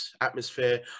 atmosphere